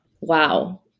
Wow